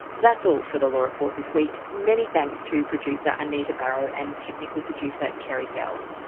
that's all for the law report this week. many thanks to producer anita barraud, and technical producer carey dell.